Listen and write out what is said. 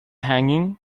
hanging